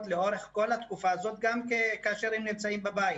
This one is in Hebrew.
לאורך כל התקופה הזאת גם כאשר הם נמצאים בבית.